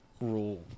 rule